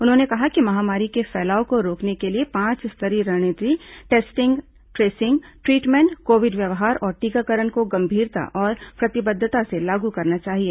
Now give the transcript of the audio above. उन्होंने कहा कि महामारी के फैलाव को रोकने के लिए पांच स्तरीय रणनीति टेस्टिंग ट्रेसिंग ट्रीटमेंट कोविड व्यवहार और टीकाकरण को गंभीरता और प्रतिबद्वता से लागू करना चाहिए